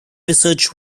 research